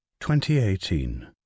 2018